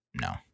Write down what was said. no